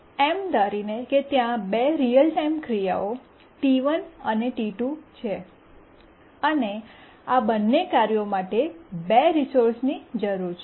એમ ધારીને કે ત્યાં બે રીઅલ ટાઇમ ક્રિયાઓ T1 અને T2 છે અને આ બંને કાર્યો માટે બે રિસોર્સની જરૂર છે